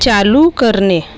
चालू करणे